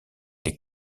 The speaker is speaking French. les